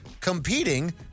competing